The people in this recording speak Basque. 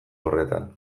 horretan